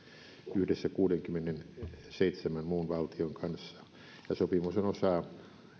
yhdessä kuudenkymmenenseitsemän muun valtion kanssa sopimus on osa